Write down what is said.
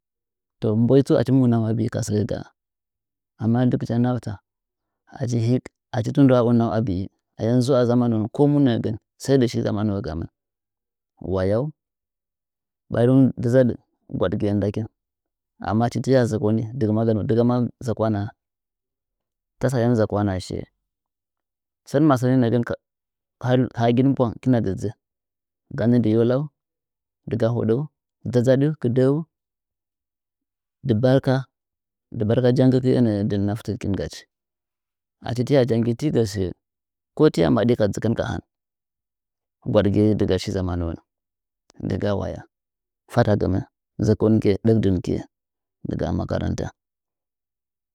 To boi tsu achi mɨ unau a biri ka sɚ gaa amma dɨgɨcha nafta achi atɨmnda unau bii ayam zuwa zamanuwon ko mu nɚɚgɚn dɨ shi zama nuwo ga mɨh wayau ɓari dza oɨ zad gwaɗ gɨye ndakih amma achi tɨya zɚkoni dɨrga ma lana dɨgama zakwanaa tasɚ ayam zakwana shiye sɚn masɚ nɚn nɚɚgɚn ka hagin bwang kɨna dzɨdzɨ ga nɚ dɨ yolau dɨga hoɗɚu ganɚ kɨdehu dɨ barka dɨ barka jagiki ee nɚɚ ndɨn naftikingachi achi tiya janggi ti ge sɚ ko tiy’a maɗi ka dzɨkin ka han gedgɨya dɨga shi zamanuwonɚ dɨgaha waya fatagɨnɚ zɚkongɨye ɗɚk dɨngɨye dɨga ha makaranta.